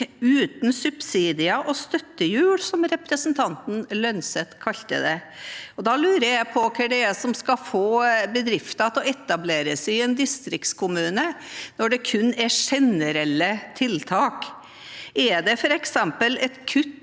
uten subsidier og støttehjul, som representanten Lønseth kalte det. Da lurer jeg på hva som skal få bedrifter til å etablere seg i en distriktskommune når det kun er generelle tiltak. Er det f.eks. et kutt